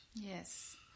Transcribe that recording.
Yes